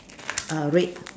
err red red